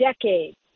decades